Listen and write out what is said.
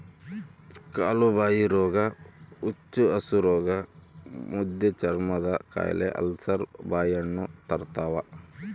ಕಾಲುಬಾಯಿರೋಗ ಹುಚ್ಚುಹಸುರೋಗ ಮುದ್ದೆಚರ್ಮದಕಾಯಿಲೆ ಅಲ್ಸರ್ ಬಾಯಿಹುಣ್ಣು ಬರ್ತಾವ